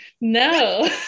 No